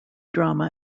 drama